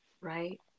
Right